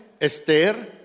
Esther